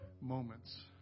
moments